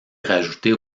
rajoutées